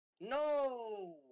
No